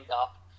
up